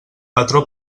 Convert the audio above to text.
patró